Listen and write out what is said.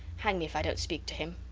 hang me if i dont speak to him.